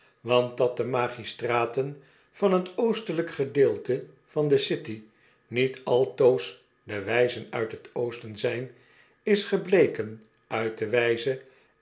want dat de magistraten van t oostelijke gedeelte van de city niet altoos de wijzen uit t oosten zyn is gebleken uit de wijze